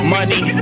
Money